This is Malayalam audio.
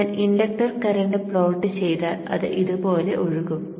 ഞാൻ ഇൻഡക്റ്റർ കറന്റ് പ്ലോട്ട് ചെയ്താൽ അത് ഇതുപോലെ ഒഴുകും